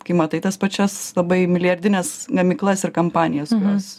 kai matai tas pačias labai milijardines gamyklas ir kampanijas kurios